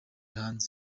hanze